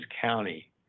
county